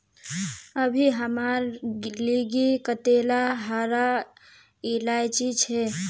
अभी हमार लिगी कतेला हरा इलायची छे